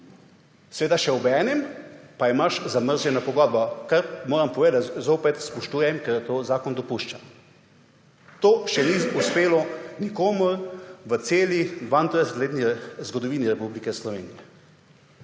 Seveda pa imaš obenem zamrznjeno pogodbo, kar moram povedati, zopet spoštujem, ker to zakon dopušča. To še ni uspelo nikomur v celi 32-letni zgodovini Republike Slovenije.